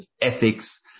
ethics